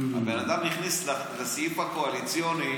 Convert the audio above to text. הבן אדם הכניס לסעיף הקואליציוני,